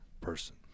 person